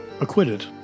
acquitted